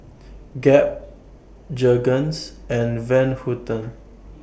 Gap Jergens and Van Houten